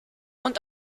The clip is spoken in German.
und